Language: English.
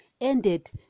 ended